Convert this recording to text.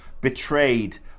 betrayed